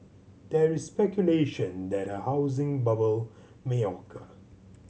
there is speculation that a housing bubble may occur